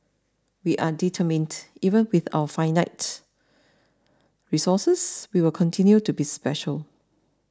we are determined even with our finite resources we will continue to be special